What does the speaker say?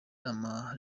ama